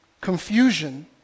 confusion